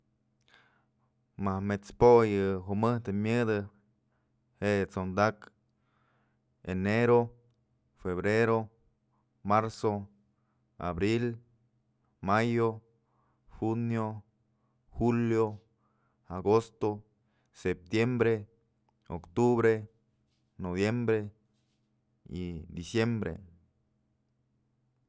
Majk met's po'o yë jumëjtë myëdë jue t'sondak, enero, febrero, marzo, abril, mayo, junio, julio, agosto, septiembre, octubre, noviembre y diciembre.